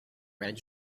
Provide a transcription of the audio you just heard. red